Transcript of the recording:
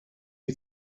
you